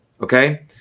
Okay